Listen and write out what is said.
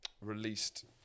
released